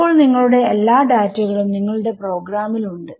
ഇപ്പോൾ നിങ്ങളുടെ എല്ലാ ഡാറ്റകളും നിങ്ങളുടെ പ്രോഗ്രാമിൽ ഉണ്ട്